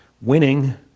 winning